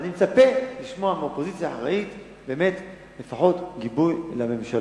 ואני מצפה לשמוע מאופוזיציה אחראית לפחות גיבוי לממשלה.